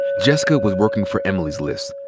jessica was working for emily's list,